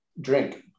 drink